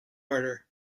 murder